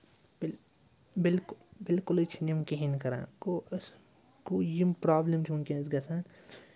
بِلکُہ بالکُلٕے چھِنہٕ یِم کِہیٖنۍ کَران گوٚو اَسہِ گوٚو یِم پرٛابلِم چھِ وٕنۍکٮ۪نَس گَژھان